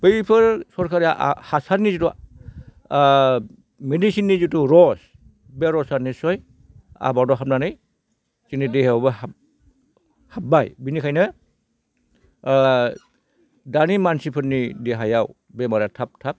बैफोर सरखारि हासारनि जिथु मेडिसिननि जिथु रस बे रसा निस्स'य आबादाव हाबनानै जोंनि देहायावबो हाब्बाय बिनिखायनो दानि मानसिफोरनि देहायाव बेमारा थाब थाब